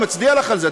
אני מצדיע לך על זה.